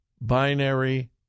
Binary